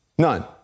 None